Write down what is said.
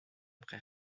près